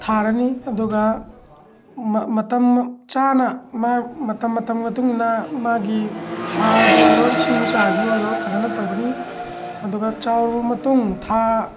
ꯊꯥꯔꯅꯤ ꯑꯗꯨꯒ ꯃꯇꯝꯅ ꯆꯥꯅ ꯃꯥ ꯃꯇꯝ ꯃꯇꯝꯒꯤ ꯃꯇꯨꯡ ꯏꯟꯅ ꯃꯥꯒꯤ ꯍꯥꯔꯕꯨ ꯑꯣꯏꯔꯣ ꯏꯁꯤꯡ ꯆꯥꯏꯕꯕꯨ ꯑꯣꯏꯔꯣ ꯐꯖꯅ ꯇꯧꯒꯅꯤ ꯑꯗꯨꯒ ꯆꯥꯎꯔꯕ ꯃꯇꯨꯡ ꯊꯥ